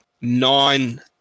nine